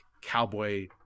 cowboy